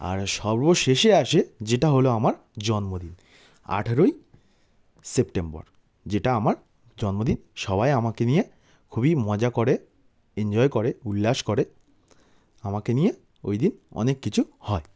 আর সর্বশেষে আসে যেটা হলো আমার জন্মদিন আঠারোই সেপ্টেম্বর যেটা আমার জন্মদিন সবাই আমাকে নিয়ে খুবই মজা করে এনজয় করে উল্লাস করে আমাকে নিয়ে ওই দিন অনেক কিছু হয়